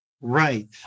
Right